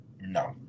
No